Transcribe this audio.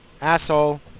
Asshole